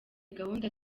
gahunda